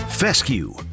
Fescue